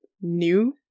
new